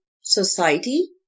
society